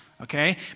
okay